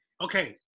Okay